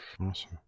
Awesome